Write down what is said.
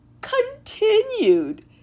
continued